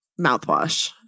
mouthwash